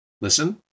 Listen